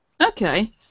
Okay